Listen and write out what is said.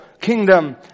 kingdom